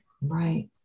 Right